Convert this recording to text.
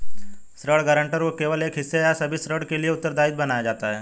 ऋण गारंटर को केवल एक हिस्से या सभी ऋण के लिए उत्तरदायी बनाया जाता है